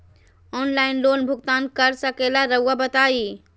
Online loan भुगतान कर सकेला राउआ बताई?